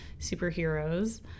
superheroes